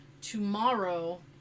tomorrow